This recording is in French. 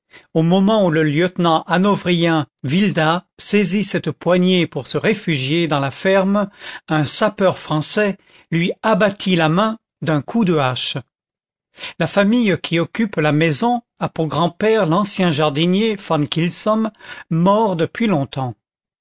au moment où le lieutenant hanovrien wilda saisissait cette poignée pour se réfugier dans la ferme un sapeur français lui abattit la main d'un coup de hache la famille qui occupe la maison a pour grand-père l'ancien jardinier van kylsom mort depuis longtemps